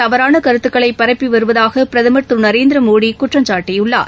தவறானகருத்துக்களைபரப்பிவருவதாகபிரதம் திருநரேந்திரமோடிகுற்றம்சாட்டியுள்ளார்